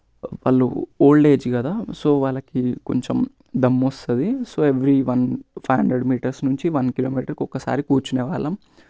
వాళ్ళు old age కదా so వాళ్ళకి కొంచెం దమ్ము వస్తుంది so every one five hundred metres నుంచి వన్ కిలోమీటర్కి ఒక్కసారి కూర్చునేవాళ్ళం